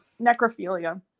necrophilia